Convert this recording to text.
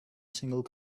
single